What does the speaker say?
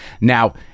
Now